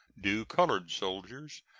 due colored soldiers,